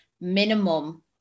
minimum